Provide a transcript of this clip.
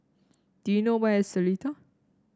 do you know where is Seletar